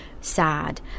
sad